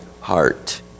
heart